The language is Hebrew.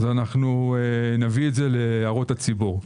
אנו נביא את זה להערות הציבור.